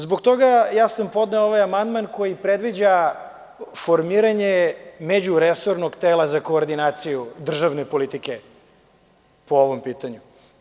Zbog toga sam podneo ovaj amandman koji predviđa formiranje međuresornog tela za koordinaciju državne politike po ovom pitanju.